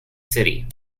city